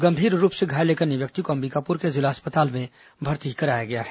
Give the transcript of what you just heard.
गंभीर रूप से घायल एक अन्य व्यक्ति को अम्बिकापुर के जिला अस्पताल में भर्ती कराया गया है